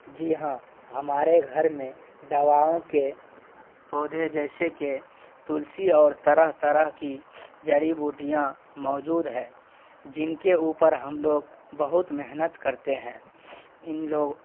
جی ہاں ہمارے گھر میں دواؤں کے پودے جیسے کہ تلسی اور طرح طرح کی جڑی بوٹیاں موجود ہیں جن کے اوپر ہم لوگ بہت محنت کرتے ہیں ان لوگ